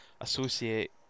associate